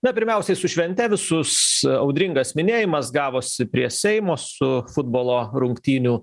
na pirmiausiai su švente visus audringas minėjimas gavosi prie seimo su futbolo rungtynių